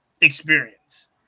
experience